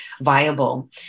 viable